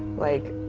like,